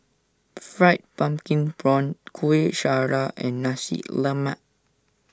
Fried Pumpkin Prawns Kuih Syara and Nasi Lemak